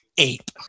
ape